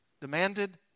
demanded